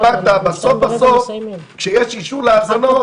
אמרת שבסוף כשיש אישור להאזנה,